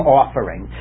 offering